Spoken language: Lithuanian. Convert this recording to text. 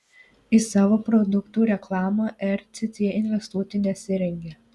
į savo produktų reklamą rcc investuoti nesirengia